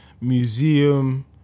museum